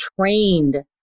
trained